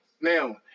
Now